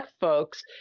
folks